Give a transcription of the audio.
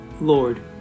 Lord